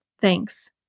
Thanks